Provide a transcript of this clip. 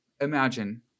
Imagine